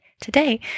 today